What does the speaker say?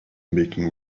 making